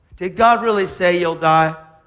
did god really say you'll die?